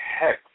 heck